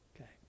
Okay